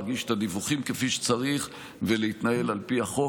להגיש את הדיווחים כפי שצריך ולהתנהל על פי החוק,